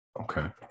Okay